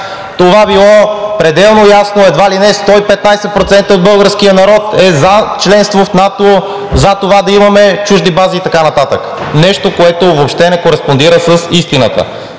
това било пределно ясно и едва ли не 115% от българския народ е за членство в НАТО, да имаме чужди бази и така нататък. Това е нещо, което въобще не кореспондира с истината.